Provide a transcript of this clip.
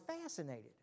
fascinated